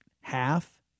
half